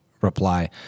reply